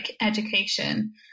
education